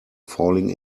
falling